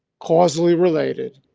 causally related,